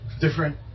different